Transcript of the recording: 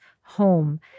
home